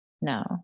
No